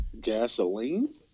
gasoline